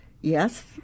Yes